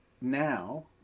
now